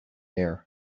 air